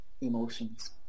emotions